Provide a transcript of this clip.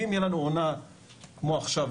אם יהיה לנו עונה כמו עכשיו,